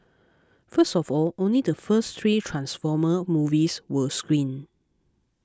first of all only the first three Transformer movies were screened